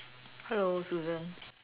hello Susan